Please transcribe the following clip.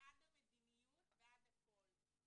ועד המדיניות ועד הכל.